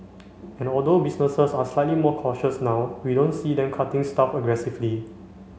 and although businesses are slightly more cautious now we don't see them cutting staff aggressively